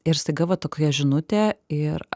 ir staiga va tokia žinutė ir